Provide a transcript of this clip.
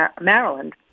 Maryland